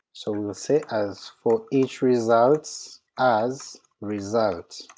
so we'll say as for each results as result,